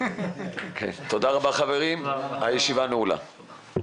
תודה רבה, חברים, הישיבה נעולה.